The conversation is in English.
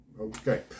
Okay